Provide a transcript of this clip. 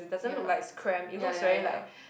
ya ya ya ya